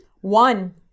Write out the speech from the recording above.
One